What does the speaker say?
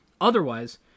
Otherwise